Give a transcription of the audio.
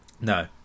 No